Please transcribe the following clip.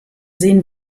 sehen